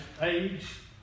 age